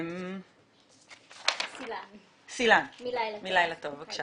סילאן מ"לילה טוב", בבקשה.